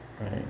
right